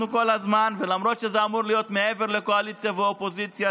למרות שזה אמור להיות מעבר לקואליציה ואופוזיציה,